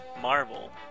Marvel